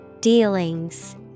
Dealings